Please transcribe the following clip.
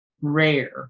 rare